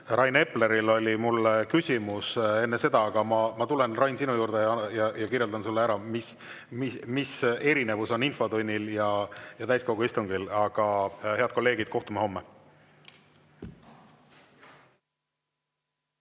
Rain Epleril oli mulle enne küsimus. Aga ma tulen, Rain, sinu juurde ja kirjeldan sulle ära, mis erinevus on infotunnil ja täiskogu istungil. Head kolleegid, kohtume homme.